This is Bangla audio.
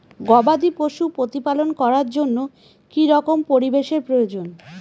গবাদী পশু প্রতিপালন করার জন্য কি রকম পরিবেশের প্রয়োজন?